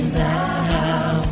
now